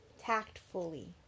tactfully